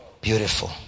beautiful